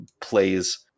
plays